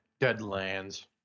Deadlands